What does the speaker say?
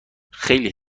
خیلی